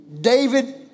David